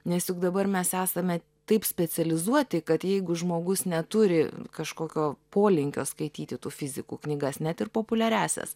nes juk dabar mes esame taip specializuoti kad jeigu žmogus neturi kažkokio polinkio skaityti tų fizikų knygas net ir populiariąsias